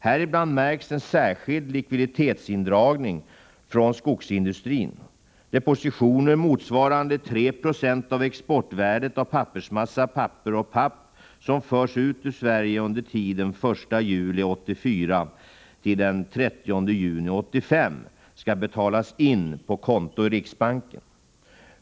Häribland märks en särskild likviditetsindragning från skogsindustrin. Depositioner motsvarande 3 26 av exportvärdet av pappersmassa, papper och papp som förs ut ur Sverige under tiden den 1 juli 1984-den 30 juni 1985 skall betalas in på konto i riksbanken.